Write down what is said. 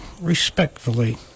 respectfully